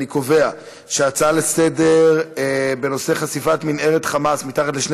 אני קובע שהצעה לסדר-היום בנושא חשיפת מנהרת "חמאס" מתחת לשני